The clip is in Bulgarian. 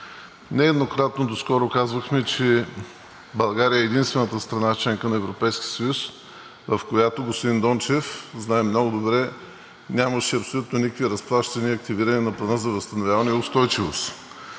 Нееднократно доскоро казвахме, че България е единствената страна – членка на Европейския съюз, в която, господин Дончев знае много добре, нямаше абсолютно никакви разплащания и активиране на Плана за възстановяване и устойчивост.